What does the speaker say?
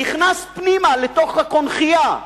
נכנס פנימה, לתוך הקונכייה,